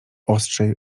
ostrzej